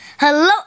Hello